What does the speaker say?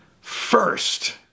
first